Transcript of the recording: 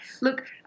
Look